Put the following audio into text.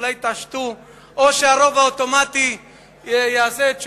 שאולי בכל זאת יתעשתו או שהרוב האוטומטי יעשה את שלו.